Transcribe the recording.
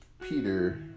Peter